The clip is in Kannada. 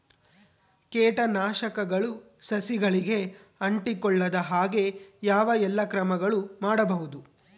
ಕೇಟನಾಶಕಗಳು ಸಸಿಗಳಿಗೆ ಅಂಟಿಕೊಳ್ಳದ ಹಾಗೆ ಯಾವ ಎಲ್ಲಾ ಕ್ರಮಗಳು ಮಾಡಬಹುದು?